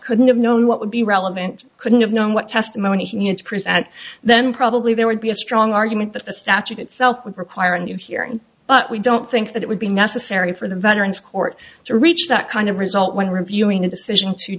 couldn't have known what would be relevant couldn't have known what testimony is present and then probably there would be a strong argument that the statute itself would require a new hearing but we don't i think that it would be necessary for the veterans court to reach that kind of result when reviewing a decision